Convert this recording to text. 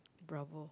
bravo